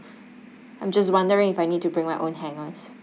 I'm just wondering if I need to bring my own hangers